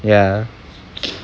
ya